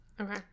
Okay